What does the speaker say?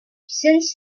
since